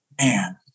man